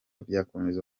byakomeje